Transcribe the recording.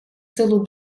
силу